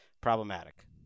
problematic